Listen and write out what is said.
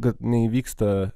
kad neįvyksta